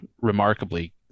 remarkably